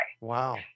Wow